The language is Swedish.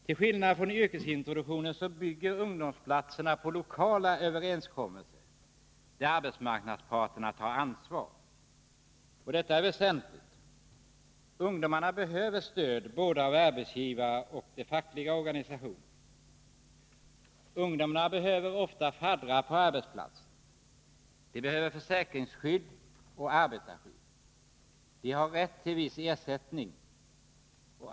Till skillnad från yrkesintroduktionen bygger ungdomsplatserna på lokala överenskommelser, där arbetsmarknadsparterna tar sitt ansvar. Detta är väsentligt. Ungdomarna behöver stöd både av arbetsgivaren och av den fackliga organisationen. De behöver ofta faddrar på arbetsplatsen. De behöver försäkringsskydd och arbetarskydd. De har rätt till viss ersättning.